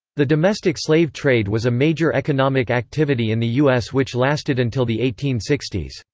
the domestic slave trade was a major economic activity in the u s. which lasted until the eighteen sixty s.